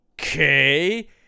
okay